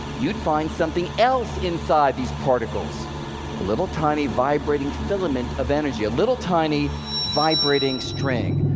you'd find something else inside these particles a little tiny vibrating filament of energy, a little tiny vibrating string.